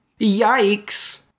Yikes